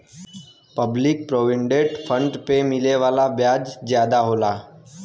public provident fund पे मिले वाला ब्याज जादा होला